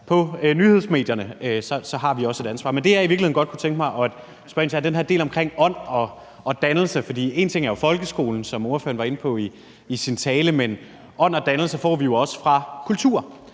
i nyhedsmedierne. Vi har også et ansvar. Men det, jeg i virkeligheden godt kunne tænke mig at spørge ind til, er den her del omkring ånd og dannelse. For en ting er jo folkeskolen, som ordføreren var inde på i sin tale, men ånd og dannelse får vi jo også fra kultur